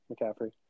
McCaffrey